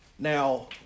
Now